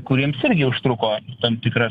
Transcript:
kuriems irgi užtruko tam tikras